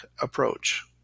approach